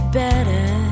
better